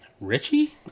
Richie